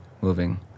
moving